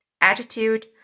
attitude